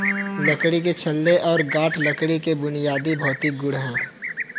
लकड़ी के छल्ले और गांठ लकड़ी के बुनियादी भौतिक गुण हैं